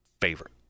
favorite